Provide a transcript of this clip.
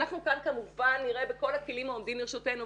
אנחנו כאן נירה בכל הכלים העומדים לרשותנו.